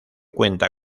cuenta